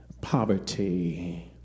poverty